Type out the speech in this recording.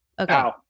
Okay